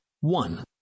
One